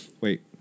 Wait